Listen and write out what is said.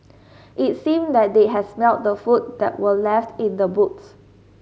it seemed that they had smelt the food that were left in the boots